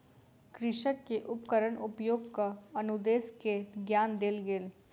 कृषक के उपकरण उपयोगक अनुदेश के ज्ञान देल गेल